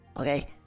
okay